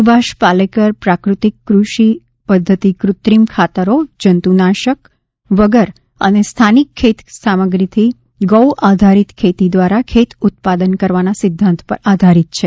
સુભાષ પાલેકર પ્રાકૃતિક કૃષિ પદ્ધતિ કૃત્રિમ ખાતરો જંતુનાશક વગર અને સ્થાનિક ખેત સામગ્રીથી ગૌ આધારિત ખેતી દ્વારા ખેત ઉત્પાદન કરવાના સિદ્ધાંત ઉપર આધારિત છે